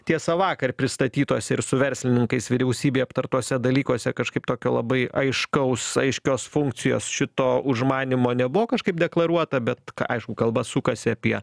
tiesa vakar pristatytuose ir su verslininkais vyriausybėj aptartuose dalykuose kažkaip tokio labai aiškaus aiškios funkcijos šito užmanymo nebuvo kažkaip deklaruota bet aišku kalba sukasi apie